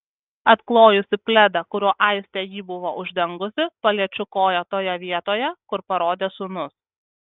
atklojusi pledą kuriuo aistė jį buvo uždengusi paliečiu koją toje vietoje kur parodė sūnus